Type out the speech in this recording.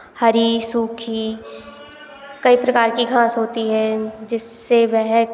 हरी सूखी कई प्रकार की घास होती है जिससे वह